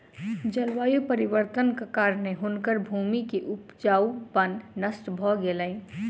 जलवायु परिवर्तनक कारणेँ हुनकर भूमि के उपजाऊपन नष्ट भ गेलैन